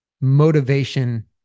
motivation